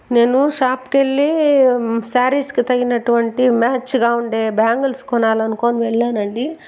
నేను షాప్ కెళ్ళి శారీస్ కి తగినటువంటి మ్యాచ్ గా ఉండే బ్యాంగిల్స్ కొనాలనుకొని వెళ్ళానండి